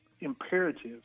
imperative